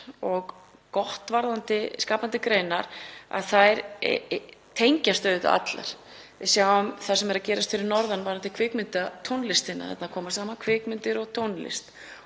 og gott varðandi skapandi greinar er að þær tengjast auðvitað allar. Við sjáum það sem er að gerast fyrir norðan varðandi kvikmyndatónlistina. Þarna koma saman kvikmyndir og tónlist.